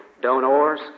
donors